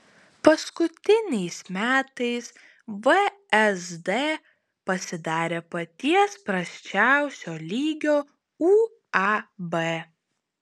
paskutiniais metais vsd pasidarė paties prasčiausio lygio uab